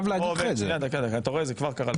זה לא בראש סדרי העדיפויות.